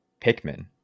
Pikmin